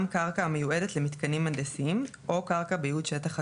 קרקע המיועדת למתקנים הנדסיים או קרקע בייעוד שטח חקלאי,